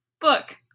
book